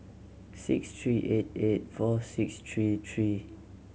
six three eight eight four six three three